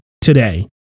today